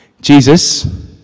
Jesus